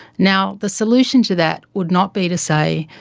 now the solution to that would not be to say,